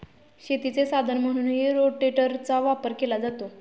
शेतीचे साधन म्हणूनही रोटेटरचा वापर केला जातो